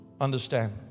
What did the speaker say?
understand